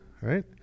Right